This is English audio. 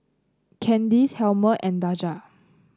Candyce Helmer and Daja